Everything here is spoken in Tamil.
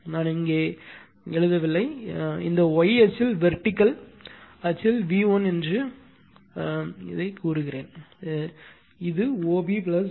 நான் இங்கே எழுதவில்லை இந்த y அச்சில் வெர்டிகல் அச்சில் V1 என்று கூறுகிறது எனவே OB BA